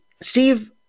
Steve